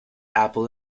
apple